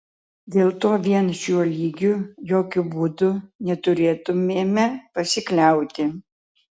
dėl to vien šiuo lygiu jokiu būdu neturėtumėme pasikliauti